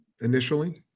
initially